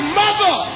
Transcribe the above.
mother